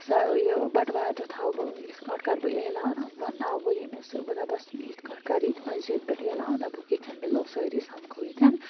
سۄ یہِ بَٹوارِ دۄہ تھاوٕ بہٕ یِتھ کٔنۍ کَرٕ بہٕ اعلان وَنناوٕ بہٕ ییٚمِس بہٕ دَپَس یِتھ کٲٹھۍ کَر ییٚتہِ مسجد پٮ۪ٹھ اعلان دَپُکھ ییٚتٮ۪ن مِلو سٲری سَمکھو ییٚتٮ۪ن